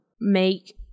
make